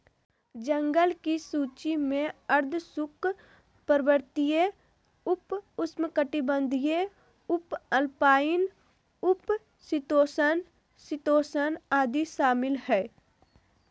जंगल की सूची में आर्द्र शुष्क, पर्वतीय, उप उष्णकटिबंधीय, उपअल्पाइन, उप शीतोष्ण, शीतोष्ण आदि शामिल हइ